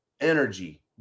energy